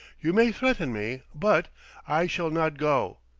you may threaten me, but i shall not go.